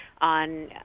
on